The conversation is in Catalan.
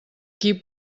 qui